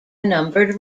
numbered